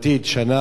שנה למחאה,